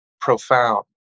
profound